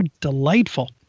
delightful